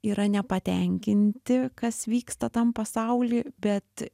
yra nepatenkinti kas vyksta tam pasauly bet